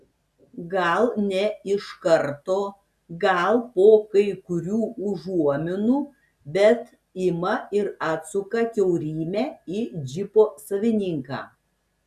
gal ne iš karto gal po kai kurių užuominų bet ima ir atsuka kiaurymę į džipo savininką